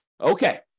Okay